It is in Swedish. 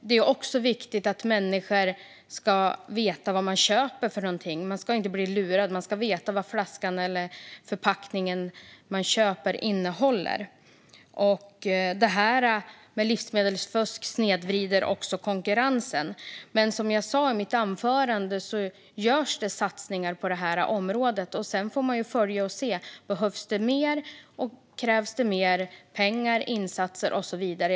Det är viktigt att människor vet vad de köper. Man ska inte bli lurad, utan man ska veta vad flaskan eller förpackningen man köper innehåller. Livsmedelsfusk snedvrider också konkurrensen, men som jag sa i mitt anförande görs det satsningar på detta område. Sedan får man följa detta och se om det behövs mer, om det krävs mer pengar, insatser och så vidare.